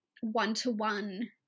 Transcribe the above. one-to-one